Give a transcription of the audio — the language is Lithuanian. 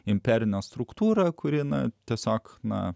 imperinio struktūrą kuri na tiesiog na